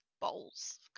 Bowls